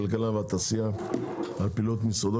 הנושא הוא דיווח שר הכלכלה והתעשייה על פעילות משרדו.